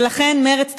ולכן מרצ תגיש,